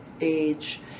age